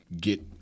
get